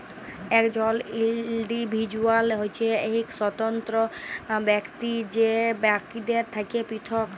একজল ইল্ডিভিজুয়াল হছে ইক স্বতন্ত্র ব্যক্তি যে বাকিদের থ্যাকে পিরথক